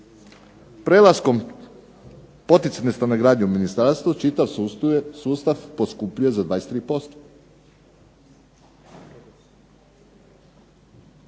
prelaskom poticajne stanogradnje u ministarstvo, čitav sustav poskupljuje za 23%.